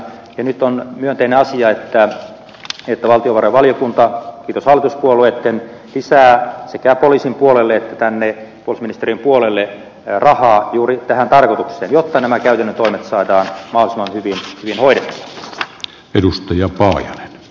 nyt on myönteinen asia että valtiovarainvaliokunta kiitos hallituspuolueitten lisää sekä poliisin puolelle että tänne puolustusministeriön puolelle rahaa juuri tähän tarkoitukseen jotta nämä käytännön toimet saadaan mahdollisimman hyvin hoidettua